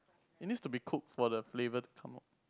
it needs to be cooked for the flavour to come out